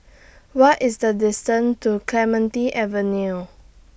What IS The distance to Clementi Avenue